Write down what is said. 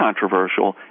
controversial